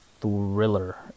thriller